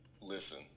Listen